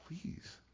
please